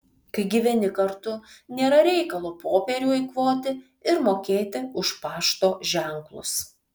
kai gyveni kartu nėra reikalo popierių eikvoti ir mokėti už pašto ženklus